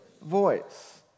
voice